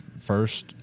first